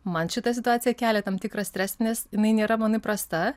man šita situacija kelia tam tikrą stresą nes jinai nėra man įprasta